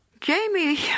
Jamie